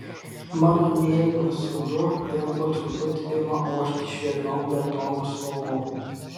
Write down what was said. mano mėlynas ruduo vėl po truputį ima ošti švelniom geltonom spalvom